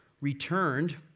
returned